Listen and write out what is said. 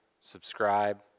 subscribe